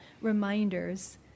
reminders